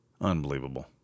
unbelievable